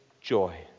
joy